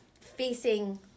facing